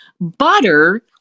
butter